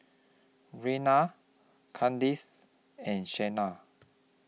Raynard Kandace and Shana